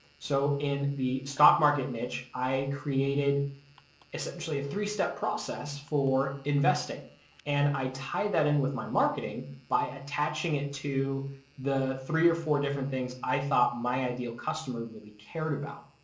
so in the stock market niche i created essentially a three step process for investing and i tied that in with my marketing by attaching it to the three or four different things i thought my ideal customer really cared about.